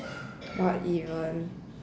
what even